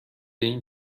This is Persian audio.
این